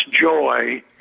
joy